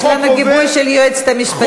חוק עובר, יש לנו גיבוי של היועצת המשפטית.